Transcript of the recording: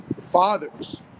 fathers